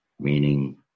meaning